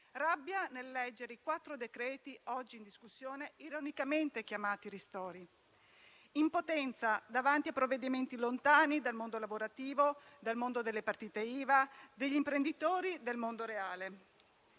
rabbia nel leggere i quattro decreti oggi in discussione, ironicamente chiamati ristori. Provo poi impotenza davanti a provvedimenti lontani dal mondo lavorativo, dal mondo delle partite IVA e degli imprenditori, dal mondo reale.